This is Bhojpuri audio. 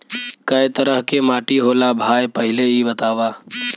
कै तरह के माटी होला भाय पहिले इ बतावा?